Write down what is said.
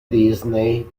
disney